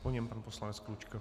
Po něm pan poslanec Klučka.